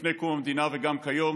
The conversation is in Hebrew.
לפני קום המדינה וגם כיום,